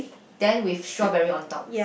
then with strawberry on top